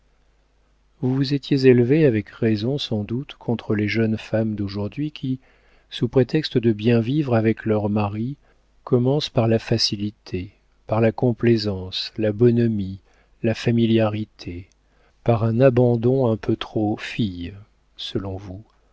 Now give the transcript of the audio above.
vous vous étiez élevée avec raison sans doute contre les jeunes femmes d'aujourd'hui qui sous prétexte de bien vivre avec leurs maris commencent par la facilité par la complaisance la bonhomie la familiarité par un abandon un peu trop fille selon vous